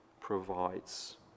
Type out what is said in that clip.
provides